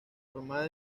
formada